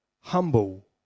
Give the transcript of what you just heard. humble